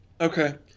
Okay